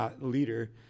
leader